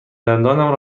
دندانم